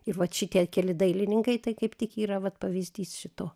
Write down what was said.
ir vat šitie keli dailininkai tai kaip tik yra vat pavyzdys šito